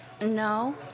No